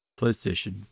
PlayStation